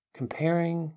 comparing